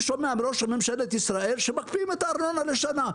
שומע מראש ממשלת ישראל שמקפיאים את הארנונה לשנה.